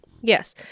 Yes